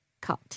cut